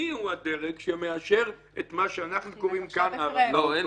מיהו הדרג שמאשר את מה שאנחנו קוראים לו כאן הארכה אוטומטית.